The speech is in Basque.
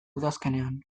udazkenean